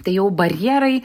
tai jau barjerai